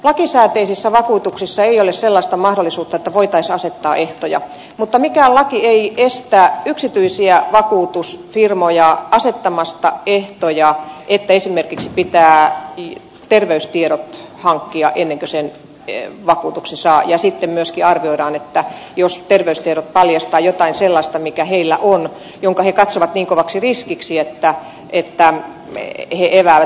lakisääteisissä vakuutuksissa ei ole sellaista mahdollisuutta että voitaisiin asettaa ehtoja mutta mikään laki ei estä yksityisiä vakuutusfirmoja asettamasta ehtoja että esimerkiksi pitää terveystiedot hankkia ennen kuin sen vakuutuksen saa ja sitten myöskin arvioidaan jos terveystiedot paljastavat jotain sellaista jonka he katsovat niin kovaksi riskiksi että he eväävät sen